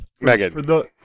Megan